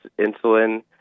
insulin